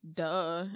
duh